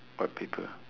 what paper